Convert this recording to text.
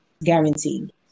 guaranteed